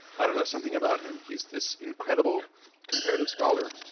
i don't know, something about him, he's this incredible comparative scholar.